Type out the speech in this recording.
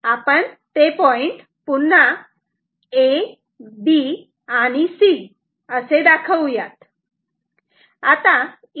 आपण ते पॉइंट पुन्हा A B आणि C असे दाखवू यात